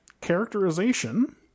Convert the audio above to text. Characterization